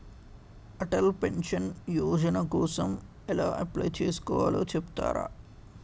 Atal pension Yojana కోసం ఎలా apply చేసుకోవాలో చెపుతారా?